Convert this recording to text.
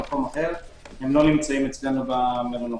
הם לא נמצאים אצלנו במלונות.